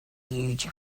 huge